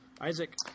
Isaac